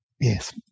Yes